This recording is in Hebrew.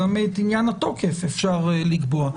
גם את עניין התוקף אפשר לקבוע.